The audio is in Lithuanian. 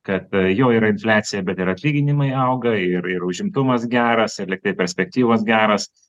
kad jau yra infliacija bet ir atlyginimai auga ir ir užimtumas geras ir lygtai perspektyvos geras